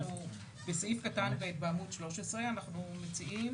אז בסעיף קטן (ב) בעמוד 13 אנחנו מציעים